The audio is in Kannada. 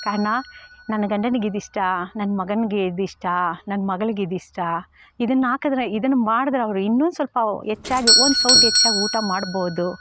ಕಾರ್ಣಾ ನನ್ನ ಗಂಡನಿಗಿದಿಷ್ಟ ನನ್ನ ಮಗನಿಗೆ ಇದಿಷ್ಟ ನನ್ನ ಮಗಳಿಗಿದಿಷ್ಟ ಇದನ್ನು ಹಾಕಿದ್ರೆ ಇದನ್ನು ಮಾಡಿದ್ರೆ ಅವ್ರ ಇನ್ನೂ ಸ್ವಲ್ಪ ಹೆಚ್ಚಾಗಿ ಒಂದು ಸೌಟು ಹೆಚ್ಚಾಗಿ ಊಟ ಮಾಡಬೋದು